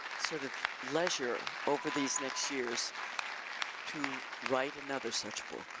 sort of leisure over these next years to write another such book.